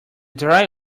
dry